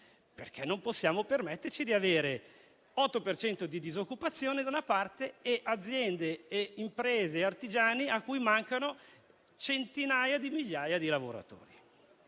perché non possiamo permetterci di avere l'8 per cento di disoccupazione, da una parte, e aziende, imprese e artigiani, a cui mancano centinaia di migliaia di lavoratori,